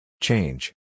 Change